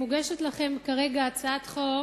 מוגשת לכם הצעת חוק